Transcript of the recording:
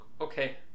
Okay